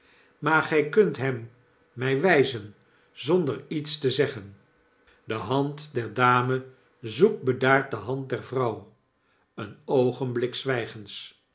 maar gy kunt hem my wijzen zonder iets te zeggen de liand der dame zoekt bedaard de hand der vrouw een oogenblik zwygens